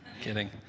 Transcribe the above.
Kidding